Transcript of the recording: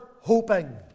Hoping